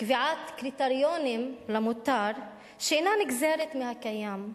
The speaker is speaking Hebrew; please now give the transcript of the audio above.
קביעת קריטריונים למותר, שאינה נגזרת מהקיים,